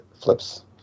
flips